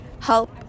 help